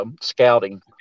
scouting